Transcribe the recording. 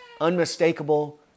unmistakable